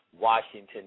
Washington